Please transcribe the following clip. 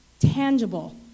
tangible